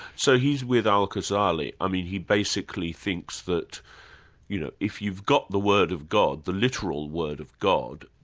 so he's with al ghazali, i mean he basically thinks that you know if you've got the word of god, the literal word of god,